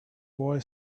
boy